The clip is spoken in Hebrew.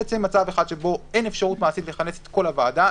במצב אחד בו אין אפשרות מעשית לכנס את כל הוועדה,